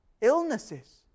illnesses